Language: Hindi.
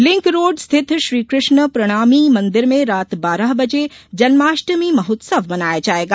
लिक रोड स्थित श्रीकृष्ण प्रणामी मंदिर में रात बारह बजे जन्माष्टमी महोत्सव मनाया जायेगा